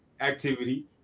activity